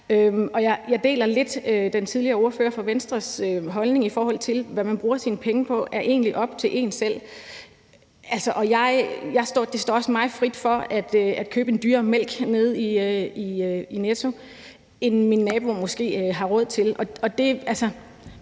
Jeg deler lidt af den tidligere ordfører fra Venstres holdning om, at hvad man bruger sine penge til, egentlig er op til en selv. Det står også mig frit for at købe en dyrere mælk nede i Netto, end min nabo måske har råd til.